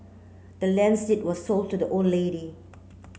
the land's deed were sold to the old lady